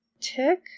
tick